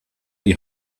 die